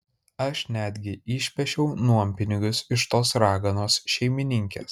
aš netgi išpešiau nuompinigius iš tos raganos šeimininkės